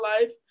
life